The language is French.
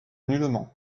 nullement